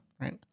right